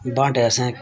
बांह्टे असें